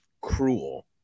cruel